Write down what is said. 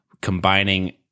combining